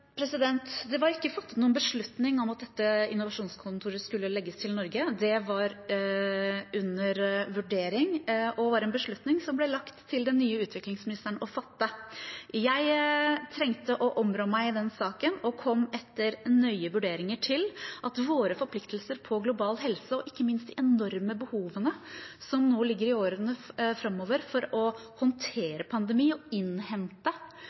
Det var ikke fattet noen beslutning om at dette innovasjonskontoret skulle legges til Norge; det var under vurdering og var en beslutning som ble lagt til den nye utviklingsministeren å fatte. Jeg trengte å områ meg i den saken og kom etter nøye vurderinger til at våre forpliktelser på global helse og ikke minst de enorme behovene som nå ligger i årene framover for å håndtere en pandemi og å innhente